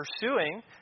pursuing